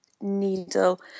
needle